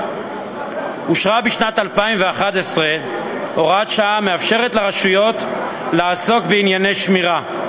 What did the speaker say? אושרה בשנת 2011 הוראת שעה המאפשרת לרשויות לעסוק בענייני שמירה,